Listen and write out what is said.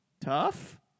tough